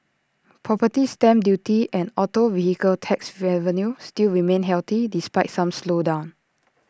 property stamp duty and auto vehicle tax revenue still remain healthy despite some slowdown